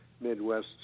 Midwest